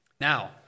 Now